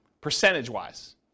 percentage-wise